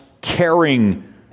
caring